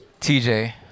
TJ